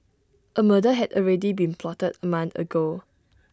A murder had already been plotted A month ago